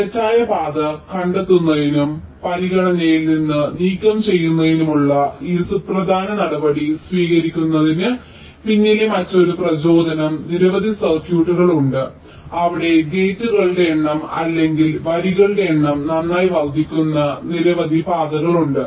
തെറ്റായ പാത കണ്ടെത്തുന്നതിനും പരിഗണനയിൽ നിന്ന് നീക്കം ചെയ്യുന്നതിനുമുള്ള ഈ സുപ്രധാന നടപടി സ്വീകരിക്കുന്നതിന് പിന്നിലെ മറ്റൊരു പ്രചോദനം നിരവധി സർക്യൂട്ടുകൾ ഉണ്ട് അവിടെ ഗേറ്റുകളുടെ എണ്ണം അല്ലെങ്കിൽ വരികളുടെ എണ്ണം നന്നായി വർദ്ധിക്കുന്ന നിരവധി പാതകൾ ഉണ്ട്